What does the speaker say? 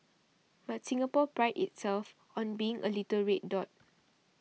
but Singapore prides itself on being a little red dot